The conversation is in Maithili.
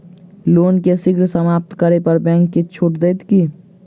लोन केँ शीघ्र समाप्त करै पर बैंक किछ छुट देत की